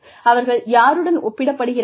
அவர்கள் யாருடன் ஒப்பிடப்படுகிறார்கள்